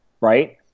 right